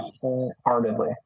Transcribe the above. wholeheartedly